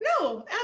No